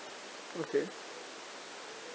okay